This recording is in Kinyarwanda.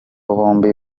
bombi